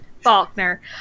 Faulkner